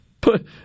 Put